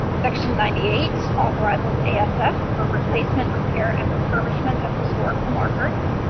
section ninety eight authorizes asf for replacement, repair, and refurbishment of historical markers.